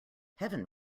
heaven